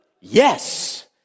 Yes